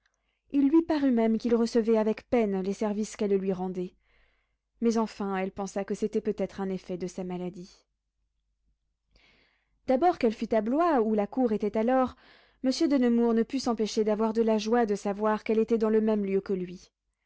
il lui parut même qu'il recevait avec peine les services qu'elle lui rendait mais enfin elle pensa que c'était peut-être un effet de sa maladie d'abord qu'elle fut à blois où la cour était alors monsieur de nemours ne put s'empêcher d'avoir de la joie de savoir qu'elle était dans le même lieu que lui